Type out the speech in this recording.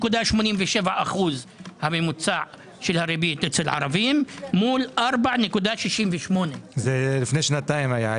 5.87% הממוצע של הריבית אצל ערבים מול 4.68. זה לפני שנתיים היה.